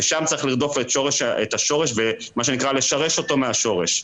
ושם צריך לרדוף את השורש ולשרש אותו מהשורש.